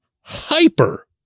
hyper